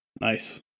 Nice